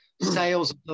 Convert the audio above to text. sales